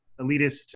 elitist